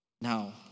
Now